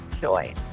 joy